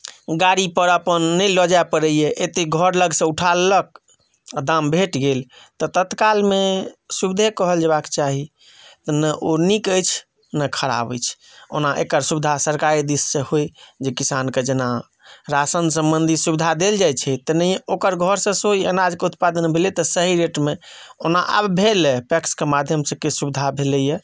गाड़ीपर अपन नहि लऽ जाय पड़ैए एतहि घर लगसँ उठा लेलक आ दाम भेट गेल तऽ तत्कालमे सुविधे कहल जयबाक चाही ने ओ नीक अछि ने खराब अछि ओना एकर सुविधा सरकारी दिशसँ होय जे किसानके जेना राशन सम्बन्धी सुविधा देल जाइत छै तेनाहिए ओकर घरसँ सेहो ई अनाज कऽ उत्पादन भेलै तऽ सही रेटमे ओना आब भेलै पैक्सके माध्यमसँ किछु सुविधा भेलैए